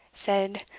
said,